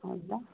ಹೌದಾ